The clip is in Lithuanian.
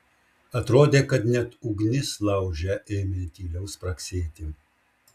atrodė kad net ugnis lauže ėmė tyliau spragsėti